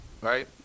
right